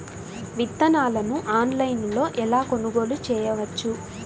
విత్తనాలను ఆన్లైనులో ఎలా కొనుగోలు చేయవచ్చు?